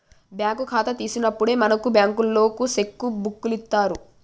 bank ఖాతా తీసినప్పుడే మనకు బంకులోల్లు సెక్కు బుక్కులిత్తరు